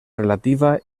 relativa